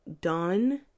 done